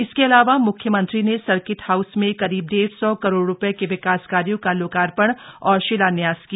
इसके अलावा मुख्यमंत्री ने सर्किट हाउस में करीब डेढ़ सौ करोड़ रुपये के विकास कार्यों का लोकार्पण और शिलान्यास किया